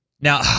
now